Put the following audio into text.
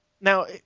Now